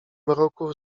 mroku